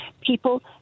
People